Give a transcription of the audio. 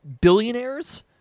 billionaires